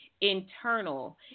internal